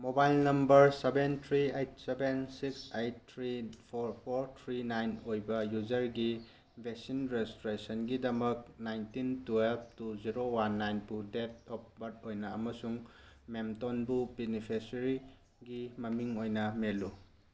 mobile number seven three eight seven six eight three four four three nine ꯑꯣꯏꯕ ꯌꯨꯖꯔꯒꯤ vaccine ꯔꯦꯖꯤꯁꯇ꯭ꯔꯦꯁꯟꯒꯤꯗꯃꯛ nineteen twelve two zero one ꯅꯥꯏꯟꯕꯨ date of birth ꯑꯣꯏꯅ ꯑꯃꯁꯨꯡ ꯃꯦꯝꯇꯣꯟꯕꯨ ꯕꯦꯅꯤꯐꯦꯁꯔꯤꯒꯤ ꯃꯃꯤꯡ ꯑꯣꯏꯅ ꯃꯦꯜꯂꯨ